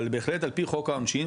אבל בהחלט על פי חוק העונשין,